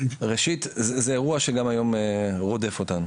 ראשית, זה אירוע שגם היום רודף אותנו.